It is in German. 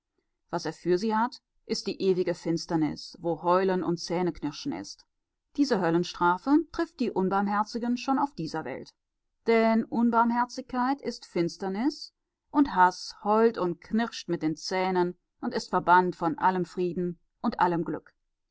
was er für sie hat ist die ewige finsternis wo heulen und zähneknirschen ist diese höllenstrafe trifft die unbarmherzigen schon auf dieser welt denn unbarmherzigkeit ist finsternis und haß heult und knirscht mit den zähnen und ist verbannt von allem frieden und allem glück